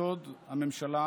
לחוק-יסוד: הממשלה,